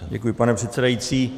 Děkuji, pane předsedající.